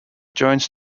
joins